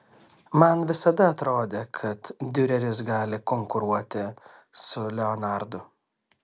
man visada atrodė kad diureris gali konkuruoti su leonardu